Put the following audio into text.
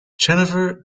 jennifer